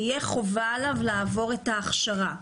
תהיה חובה עליו לעבור הכשרה.